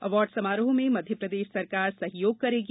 award समारोह में मध्यप्रदेश सरकार सहयोग करेगी